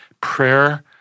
prayer